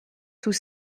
tout